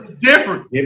different